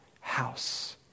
house